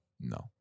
No